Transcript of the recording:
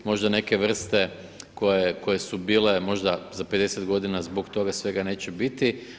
Možda neke vrste koje su bile možda za 50 godina zbog toga svega neće biti.